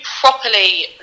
properly